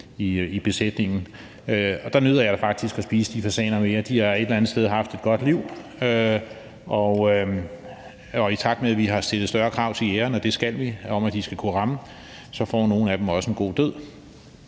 i besætningen. Der nyder jeg da faktisk at spise de fasaner mere. De har et eller andet sted haft et godt liv, og i takt med at vi har stillet større krav til jægerne, og det skal vi, om, at de skal kunne ramme, får nogle af dem også en god død.